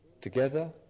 together